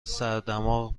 سردماغ